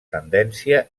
tendència